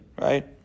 Right